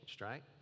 right